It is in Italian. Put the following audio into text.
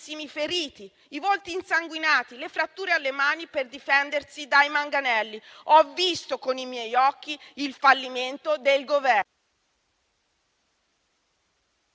giovanissimi feriti, i volti insanguinati, le fratture alle mani per difendersi dai manganelli. Ho visto con i miei occhi il fallimento del Governo.